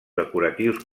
decoratius